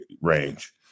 range